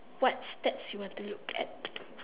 what stats you want to look at